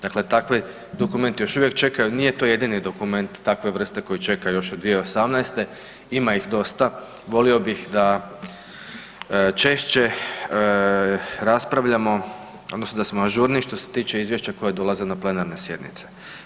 Dakle, takvi dokumenti još uvijek čekaju, nije to jedini dokument takve vrste koji čekaju još 2018., ima ih dosta, volio bih da češće raspravljamo odnosno da smo ažurniji što se tiče izvješća koja dolaze na plenarne sjednice.